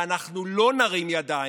ואנחנו לא נרים ידיים,